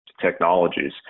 technologies